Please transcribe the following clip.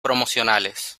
promocionales